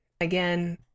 again